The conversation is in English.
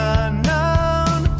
unknown